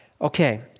Okay